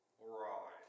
Right